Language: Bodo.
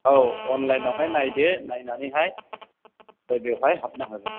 औ अनलाइनआवहाय नायदो नायनानै हाय बेवहाय हाबनो हागोन